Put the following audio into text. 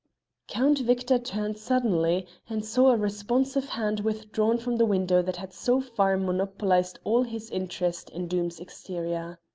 count victor turned suddenly and saw a responsive hand withdrawn from the window that had so far monopolised all his interest in doom's exterior.